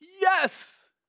Yes